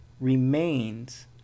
remains